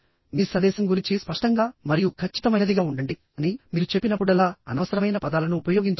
మీ సందేశం గురించి స్పష్టంగా మరియు ఖచ్చితమైనదిగా ఉండండి అని మీరు చెప్పినప్పుడల్లా అనవసరమైన పదాలను ఉపయోగించవద్దు